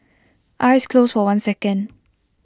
eyes closed for one second